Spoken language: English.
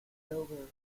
dover